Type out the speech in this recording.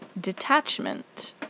detachment